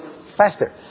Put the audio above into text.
Faster